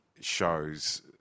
shows